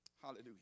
Hallelujah